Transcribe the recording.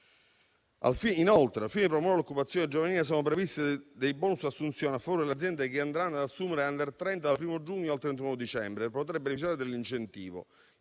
Inoltre, al fine di promuovere l'occupazione giovanile, sono previsti dei *bonus* per le assunzioni a favore delle aziende che andranno ad assumere *under* 30 dal 1° giugno al 31 dicembre. Per poter beneficiare dell'incentivo